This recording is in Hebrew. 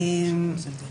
בבקשה.